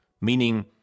meaning